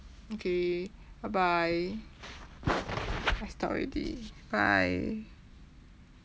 okay bye bye I stop already bye